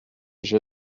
j’ai